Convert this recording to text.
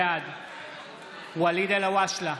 בעד ואליד אלהואשלה,